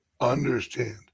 understand